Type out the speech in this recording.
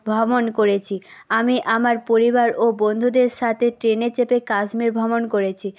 ভ্রমণ করেছি আমি আমার পরিবার ও বন্ধুদের সাথে ট্রেনে চেপে কাশ্মীর ভ্রমণ করেছি